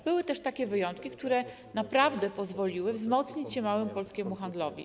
Były też takie wyjątki, które naprawdę pozwoliły wzmocnić się małemu polskiemu handlowi.